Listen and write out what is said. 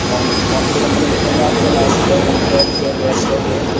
کون کون سی کمپنی کے چاہیے آپ کو نائک کے کمپلیکس کے ریکسو کے